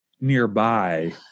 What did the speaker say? nearby